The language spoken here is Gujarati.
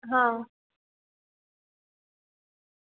હ